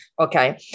okay